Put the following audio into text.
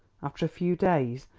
after a few days,